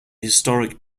historic